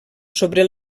sobre